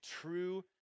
true